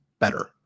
better